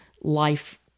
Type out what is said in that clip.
life